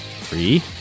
three